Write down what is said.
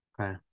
okay